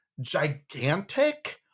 gigantic